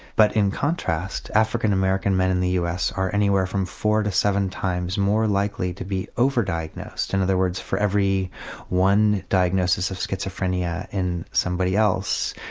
but in contrast african american men in the us are anywhere from four to seven times more likely to be over-diagnosed, in other words for every one diagnosis of schizophrenia in somebody else,